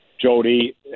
Jody